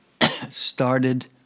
started